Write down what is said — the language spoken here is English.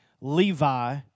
Levi